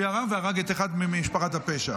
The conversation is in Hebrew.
והוא ירה והרג אחד ממשפחת הפשע.